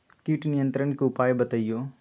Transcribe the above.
किट नियंत्रण के उपाय बतइयो?